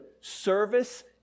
service